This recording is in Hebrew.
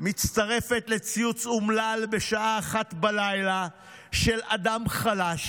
מצטרפת לציוץ אומלל בשעה 01:00 של אדם חלש,